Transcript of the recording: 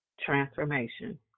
Transformation